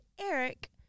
Eric